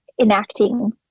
enacting